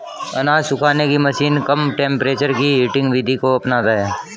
अनाज सुखाने की मशीन कम टेंपरेचर की हीटिंग विधि को अपनाता है